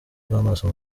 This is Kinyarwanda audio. bw’amaso